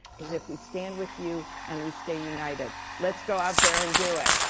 is if we stand with you and we stay united. let's go out there and do it!